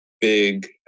big